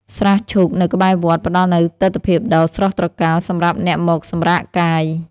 ស្រះឈូកនៅក្បែរវត្ត ផ្តល់នូវទិដ្ឋភាពដ៏ស្រស់ត្រកាលសម្រាប់អ្នកមកសម្រាកកាយ។